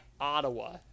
ottawa